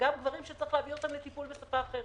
וגם גברים שצריך להביא אותם לטיפול בשפה אחרת.